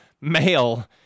male